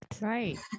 Right